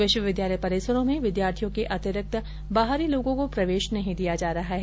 विष्वविद्यालय परिसरों में विद्यार्थियों के अतिरिक्त बाहरी लोगों को प्रवेष नहीं दिया जा रहा है